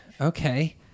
okay